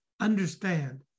understand